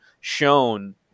shown